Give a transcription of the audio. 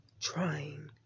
trying